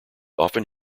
often